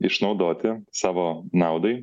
išnaudoti savo naudai